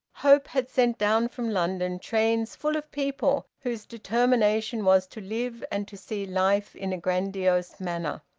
hope had sent down from london trains full of people whose determination was to live and to see life in a grandiose manner.